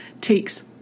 takes